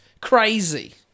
crazy